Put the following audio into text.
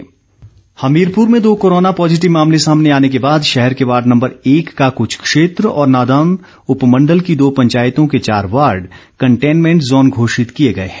आदेश हमीरपुर में दो corona positive मामले सामने आने के बाद शहर के वार्ड नम्बर एक का कुछ क्षेत्र और नादौन उपमंडल की दो पंचायतों के चार वार्ड कन्टेनमेंट जोन घोषित किए गए हैं